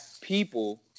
people